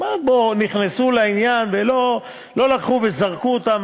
פה נכנסו לעניין ולא לקחו וזרקו אותם,